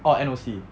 orh N_O_C